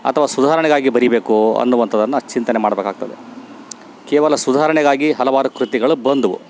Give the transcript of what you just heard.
ಅಥವ ಸುಧಾರಣೆಗಾಗಿ ಬರಿಬೇಕೋ ಅನ್ನುವಂಥದನ್ನ ಚಿಂತನೆ ಮಾಡ್ಬೇಕಾಗ್ತದೆ ಕೇವಲ ಸುಧಾರಣೆಗಾಗಿ ಹಲವಾರು ಕೃತಿಗಳು ಬಂದ್ವು